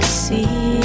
see